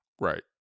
Right